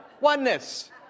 Oneness